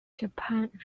japan